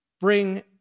bring